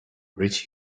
rich